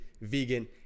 vegan